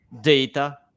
data